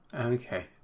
Okay